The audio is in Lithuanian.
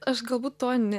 aš galbūt to ne